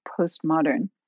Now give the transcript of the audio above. postmodern